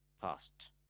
past